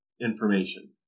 information